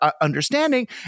understanding